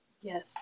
yes